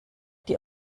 die